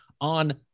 on